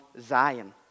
Zion